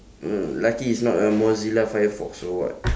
mm lucky it's not a mozilla firefox or what